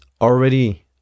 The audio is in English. already